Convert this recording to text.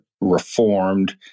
reformed